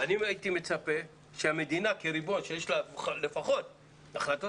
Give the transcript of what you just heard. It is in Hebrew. אני הייתי מצפה שהמדינה כריבון שיש לה לפחות החלטות